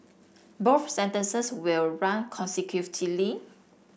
both sentences will run consecutively